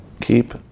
keep